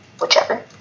whichever